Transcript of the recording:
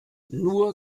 nur